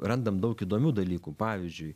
randam daug įdomių dalykų pavyzdžiui